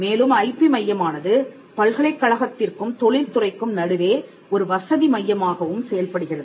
மேலும் ஐபி மையமானது பல்கலைக்கழகத்திற்கும் தொழில் துறைக்கும் நடுவே ஒரு வசதி மையமாகவும் செயல்படுகிறது